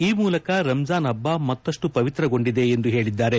ಈ ಮೂಲಕ ರಂಜಾನ್ ಹಬ್ಬ ಮತ್ತಷ್ಟು ಪವಿತ್ರಗೊಂಡಿದೆ ಎಂದು ಹೇಳಿದ್ದಾರೆ